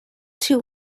too